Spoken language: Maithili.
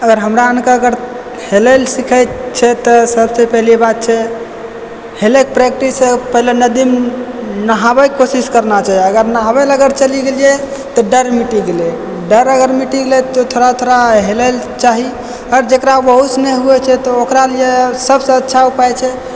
अगर हमरा आरके अगर हेलय लए सिखै छै तऽ सबसे पहिले बात छै हेलयके प्रैक्टिस पहिले नदीमे नहाबैके कोशिश करना चाही अगर नहाबै लए अगर चलि गेलियै तऽ डर मिट गेलै डर अगर मिटी गेलै तऽ थोड़ा थोड़ा हेलय लए चाही आओर जेकरा ओहु से नहि होइ छै तो ओकरा लिए सबसँ अच्छा उपाय छै